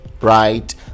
right